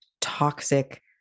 toxic